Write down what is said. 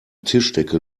tischdecke